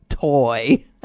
toy